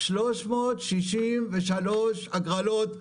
363 הגרלות ביום.